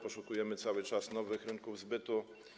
Poszukujemy cały czas nowych rynków zbytu.